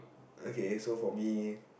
okay so for me